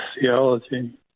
theology